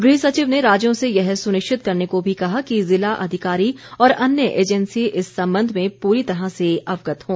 गृह सचिव ने राज्यों से यह सुनिश्चित करने को भी कहा कि जिला अधिकारी और अन्य एजेंसी इस संबंध में पूरी तरह से अवगत हों